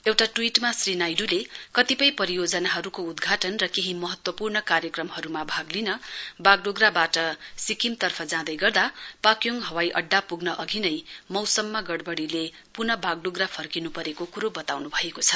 एउटा ट्वीटमा श्री नाइडूले कतिपय परियोजनाहरुको उद्घाटन र केही महत्वपूर्ण कार्यक्रमहरुमा भाग लिन बागडोगरावाट सिक्किम तर्फ जाँदै गर्दा पाक्योङ हवाइअड्डा पुग्न अधिनै मौसममा गढवढ़ीले पुन वागडोगरा फर्किनु परेको कुरो वताउनु भएको छ